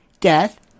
death